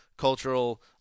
cultural